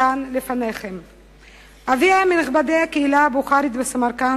אינני קובע וקוצב